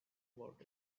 about